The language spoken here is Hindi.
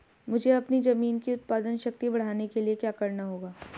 मुझे अपनी ज़मीन की उत्पादन शक्ति बढ़ाने के लिए क्या करना होगा?